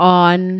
on